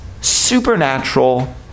supernatural